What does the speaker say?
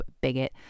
bigot